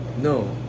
No